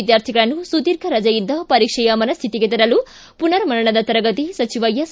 ವಿದ್ವಾರ್ಥಿಗಳನ್ನು ಸುದೀರ್ಘ ರಜೆಯಿಂದ ಪರೀಕ್ಷೆಯ ಮನಸ್ಟಿತಿಗೆ ತರಲು ಪುನರ್ ಮನನದ ತರಗತಿ ಸಚಿವ ಎಸ್